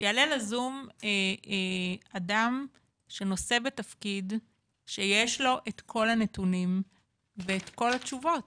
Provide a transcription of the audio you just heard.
שיעלה לזום אדם שנושא בתפקיד שיש לו את כל הנתונים ואת כל התשובות.